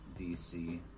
DC